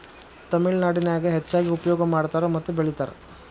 ತಮಿಳನಾಡಿನ್ಯಾಗ ಹೆಚ್ಚಾಗಿ ಉಪಯೋಗ ಮಾಡತಾರ ಮತ್ತ ಬೆಳಿತಾರ